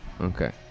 okay